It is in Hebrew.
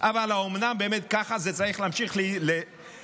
אבל האומנם, באמת ככה זה צריך להמשיך להתנהל,